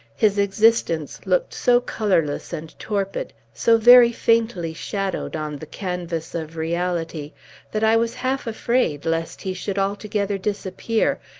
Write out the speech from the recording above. his existence looked so colorless and torpid so very faintly shadowed on the canvas of reality that i was half afraid lest he should altogether disappear,